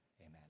Amen